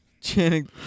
Channing